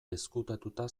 ezkutatuta